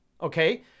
Okay